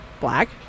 black